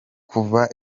kuvuga